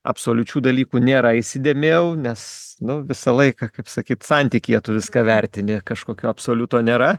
absoliučių dalykų nėra įsidėmėjau nes nu visą laiką kaip sakyt santykyje tu viską vertini kažkokio absoliuto nėra